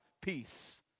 peace